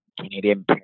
Canadian